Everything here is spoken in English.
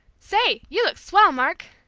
say, you look swell, mark!